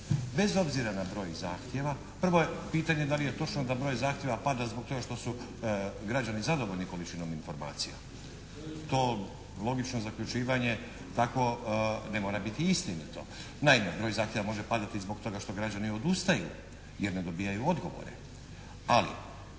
Bez obzira na broj zahtjeva, prvo je pitanje da li je točno da broj zahtjeva pada zbog toga što su građani zadovoljni količinom informacija. To logično zaključivanje takvo ne mora biti istinito, naime broj zahtjeva može padati zbog toga što građani odustaju jer ne dobijaju odgovore. Ali